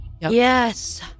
yes